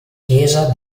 chiesa